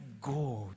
God